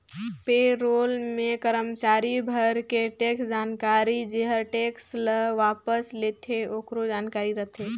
पे role मे करमाचारी भर के टेक्स जानकारी जेहर टेक्स ल वापस लेथे आकरो जानकारी रथे